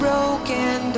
Broken